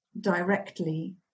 directly